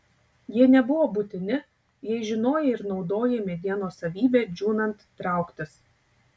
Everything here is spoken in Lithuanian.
jie nebuvo būtini jei žinojai ir naudojai medienos savybę džiūnant trauktis